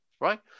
right